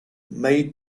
made